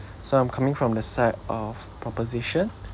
so I'm coming from the side of proposition